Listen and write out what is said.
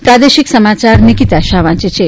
પ્રાદેશિક સમાચાર નિકીતા શાહ વાંચે છે